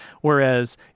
whereas